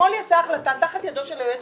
אתמול יצאה החלטה תחת ידו של היועץ